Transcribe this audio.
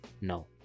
No